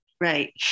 right